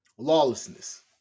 lawlessness